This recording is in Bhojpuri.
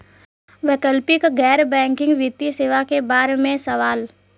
वैकल्पिक गैर बैकिंग वित्तीय सेवा के बार में सवाल?